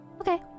Okay